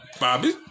Bobby